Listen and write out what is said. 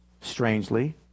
strangely